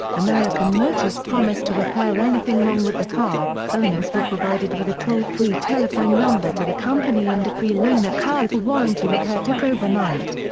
american motors promised to repair anything wrong with the car, owners were provided with a toll-free telephone number to the company and a free loaner car if a warranty repair took overnight.